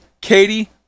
katie